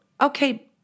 okay